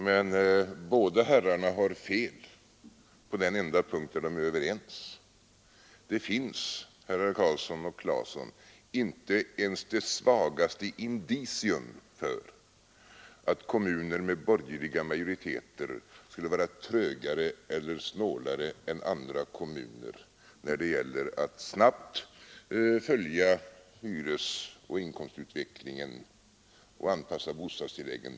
Men båda herrarna har fel på den enda punkt de är överens: Det finns, herrar Karlsson och Claeson, inte ens det svagaste indicium för att kommuner med borgerlig majoritet skulle vara trögare eller snålare än andra kommuner när det gäller att snabbt anpassa bostadstilläggen efter hyresoch inkomstutvecklingen.